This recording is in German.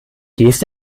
gehst